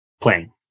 playing